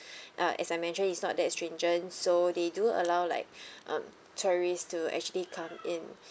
uh as I mentioned is not that stringent so they do allow like um tourists to actually come in